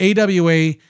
AWA